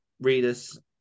readers